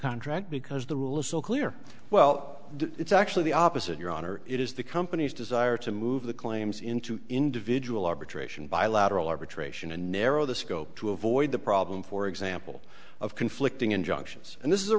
contract because the rule is so clear well it's actually the opposite your honor it is the company's desire to move the claims into individual arbitration bilateral arbitration and narrow the scope to avoid the problem for example of conflicting injunctions and this is a